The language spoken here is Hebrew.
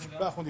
הישיבה נעולה.